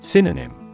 Synonym